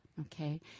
okay